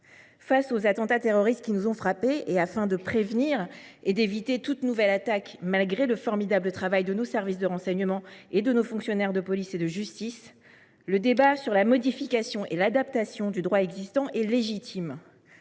Face aux attentats terroristes qui nous ont frappés, et afin de prévenir et d’éviter toute nouvelle attaque, malgré le formidable travail de nos services de renseignements et de nos fonctionnaires de police et de justice, le débat sur la modification et l’adaptation du droit existant est légitime.